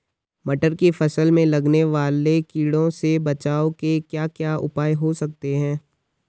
मटर की फसल में लगने वाले कीड़ों से बचाव के क्या क्या उपाय हो सकते हैं?